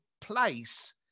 place